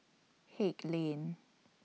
Haig Lane